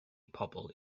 pobl